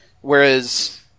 whereas